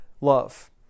love